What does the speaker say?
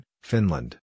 Finland